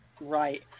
Right